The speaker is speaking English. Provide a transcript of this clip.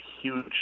huge